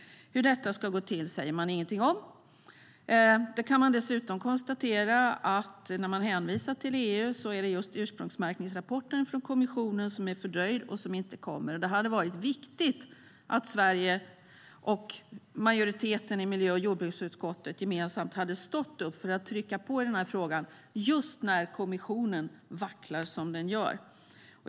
Hur detta ska gå till säger man ingenting om. Man kan dessutom konstatera när man hänvisar till EU att det är just ursprungsmärkningsrapporten från kommissionen som är fördröjd och inte kommer. Det hade varit viktigt om Sverige och majoriteten i miljö och jordbruksutskottet gemensamt hade stått upp för att trycka på i den här frågan just när kommissionen vacklar som den gör.